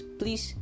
please